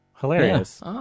Hilarious